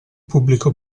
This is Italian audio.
pubblico